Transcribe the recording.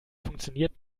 funktioniert